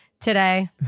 today